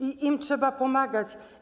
Im trzeba pomagać.